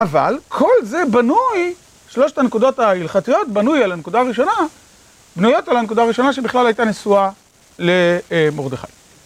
אבל כל זה בנוי, שלושת הנקודות ההלכתיות, בנוי על הנקודה הראשונה, בנויות על הנקודה הראשונה שבכלל הייתה נשואה למרדכי.